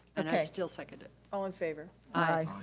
and i still second it. all in favor. aye.